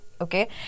okay